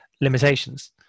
limitations